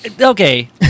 okay